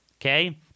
okay